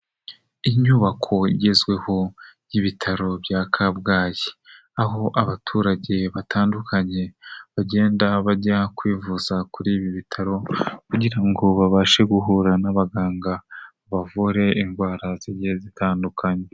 Inyubako igezweho y'ibitaro bya Kabgayi, aho abaturage batandukanye bagenda bajya kwivuza kuri ibi bitaro, kugira ngo babashe guhura n'abaganga babavure indwara zigiye zitandukanye.